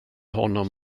honom